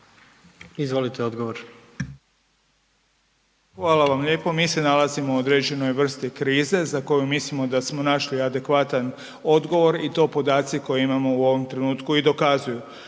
Vili (HDZ)** Hvala vam lijepo. Mi se nalazimo u određenoj vrsti krize za koju mislimo da smo našli adekvatan odgovor i to podaci koje imamo u ovom trenutku i dokazuju.